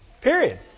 Period